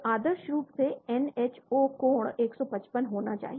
तो आदर्श रूप से N H O कोण 155 होना चाहिए